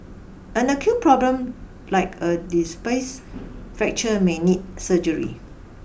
an acute problem like a displaced fracture may need surgery